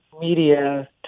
media